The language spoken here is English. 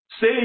say